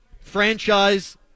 franchise